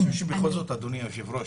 בכל זאת, אדוני היושב-ראש,